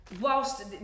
whilst